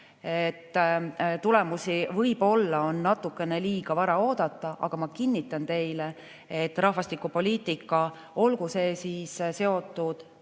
Tulemusi võib-olla on natukene liiga vara oodata. Aga ma kinnitan teile, et rahvastikupoliitika, olgu see siis seotud